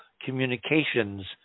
communications